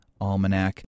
Almanac